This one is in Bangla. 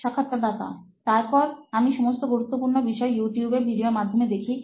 সাক্ষাৎকারদাতা ততারপর আমি সমস্ত গুরুত্বপূর্ণ বিষয় ইউটিউবে ভিডিওর মাধ্যমে দেখি